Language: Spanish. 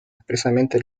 expresamente